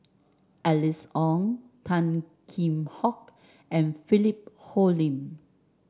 Alice Ong Tan Kheam Hock and Philip Hoalim